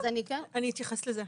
אני אתייחס לזה.